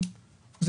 גברתי השרה,